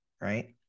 Right